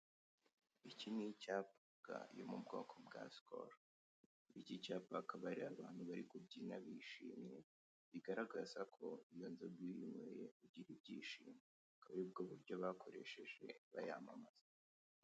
Iki ni icyapa cy'inzoga yo mu bwoko bwa Sikoru. Iki cyapa kikaba kiriho abantu bari kubyina bishimye, biagaraza ko iyo nzoga iyo uyinyweye ugira ibyishimo. Akaba ari bwo buryo bakoresheje bayamamaza.